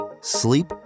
sleep